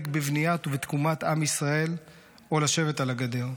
בבניית ותקומת עם ישראל או לשבת על הגדר.